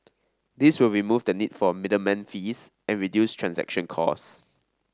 this will remove the need for middleman fees and reduce transaction cost